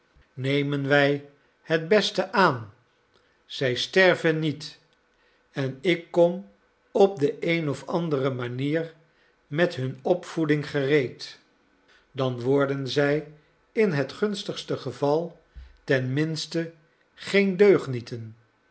nemen wij het beste aan zij sterven niet en ik kom op de een of andere manier met hun opvoeding gereed dan worden zij in het gunstigste geval ten minste geen deugnieten